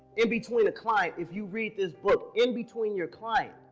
in between the client, if you read this book in between your client,